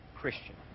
Christian